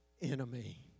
enemy